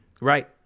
Right